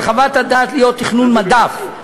על חוות הדעת להיות תכנון מדף,